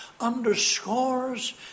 underscores